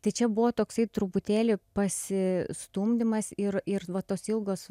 tai čia buvo toksai truputėlį pasistumdymas ir ir va tos ilgos